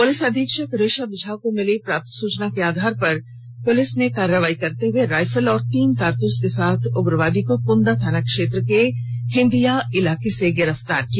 police अधीक्षक ऋषभ झा को मिली गुप्त सुचना के आधार पर पुलिस ने कार्रवाई करते हुए राइफल और तीन कारतूस के साथ उग्रवादी को कुंदा क्षेत्र के हिंदीया इलार्के से गिरफ्तार किया